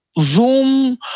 Zoom